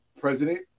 president